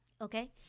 Okay